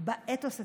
באתוס הציוני,